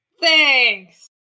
Thanks